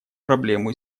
проблему